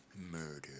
Murder